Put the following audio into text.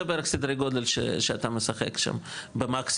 זה בערך סדרי הגודל שאתה משחק שם במקסימום.